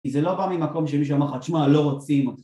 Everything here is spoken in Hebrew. כי זה לא בא ממקום שמישהו אמר לך תשמע לא רוצים אותך